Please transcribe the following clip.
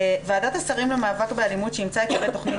"ועדת השרים למאבק באלימות שאימצה את -- תכנית